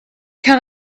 can